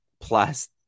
plus